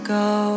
go